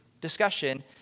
discussion